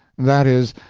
that is,